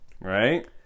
Right